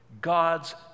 God's